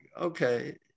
okay